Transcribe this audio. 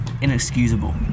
inexcusable